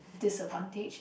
disadvantage